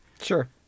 Sure